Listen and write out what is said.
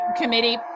committee